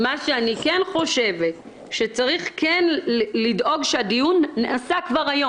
אבל דיון צריך להיות דיון רציני,